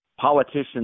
politicians